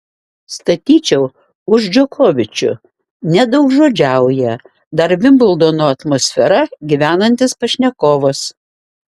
statyčiau už džokovičių nedaugžodžiauja dar vimbldono atmosfera gyvenantis pašnekovas